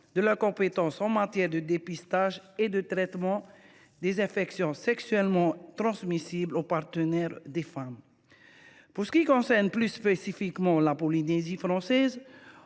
de leurs compétences en matière de dépistage et de traitement des infections sexuellement transmissibles. Pour ce qui concerne plus spécifiquement la Polynésie française,